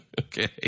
Okay